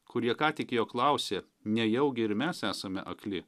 kurie ką tik jo klausė nejaugi ir mes esame akli